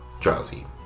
Drowsy